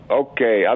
okay